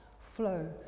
flow